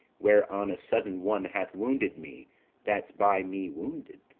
where on a sudden one hath wounded me that's by me wounded.